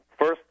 First